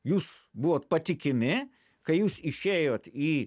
jūs buvot patikimi kai jūs išėjot į